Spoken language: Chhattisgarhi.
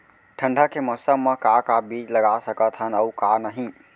ठंडा के मौसम मा का का बीज लगा सकत हन अऊ का नही?